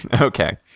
Okay